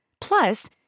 Plus